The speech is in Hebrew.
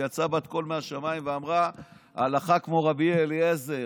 ויצאה בת קול מהשמיים ואמרה: הלכה כמו רבי אליעזר.